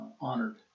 honored